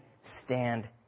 stand